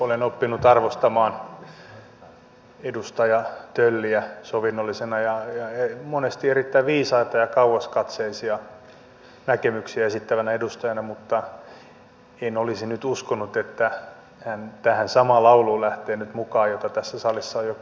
olen oppinut arvostamaan edustaja tölliä sovinnollisena ja monesti erittäin viisaita ja kauaskatseisia näkemyksiä esittävänä edustajana mutta en olisi nyt uskonut että hän tähän samaan lauluun lähtee nyt mukaan jota tässä salissa on jo kuultu